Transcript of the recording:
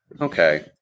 Okay